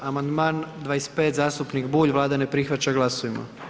Amandman 25, zastupnik Bulj, Vlada ne prihvaća, glasujmo.